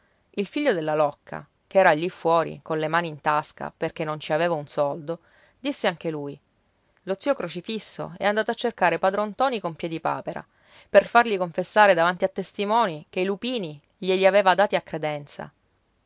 il figlio della locca che era lì fuori colle mani in tasca perché non ci aveva un soldo disse anche lui lo zio crocifisso è andato a cercare padron ntoni con piedipapera per fargli confessare davanti a testimoni che i lupini glieli aveva dati a credenza